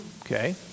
Okay